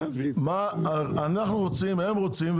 הם רוצים,